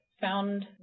found